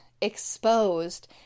exposed